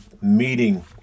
meeting